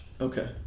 Okay